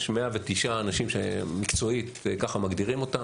יש כרגע 109 אנשים שמקצועית ככה מגדירים אותם.